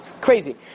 Crazy